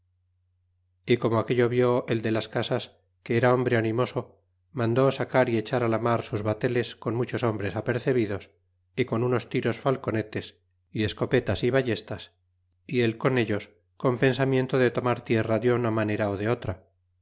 y come aquello vió el de las casas que era hombre animoso mandó sacar y echar la mar sus bateles con muchos hombres apercebidos y con unos tiros falconetes y escopetas y ballestas y él con ellos con pensamiento de tomar tierra de una manera ú de otra